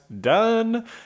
done